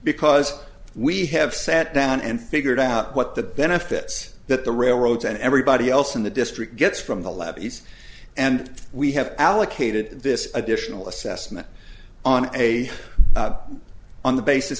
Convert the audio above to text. because we have sat down and figured out what the benefits that the railroads and everybody else in the district gets from the levies and we have allocated this additional assessment on a on the basis